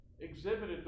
exhibited